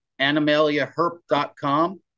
animaliaherp.com